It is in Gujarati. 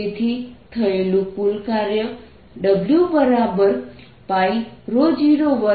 તેથી થયેલું કુલ કાર્ય W02R770છે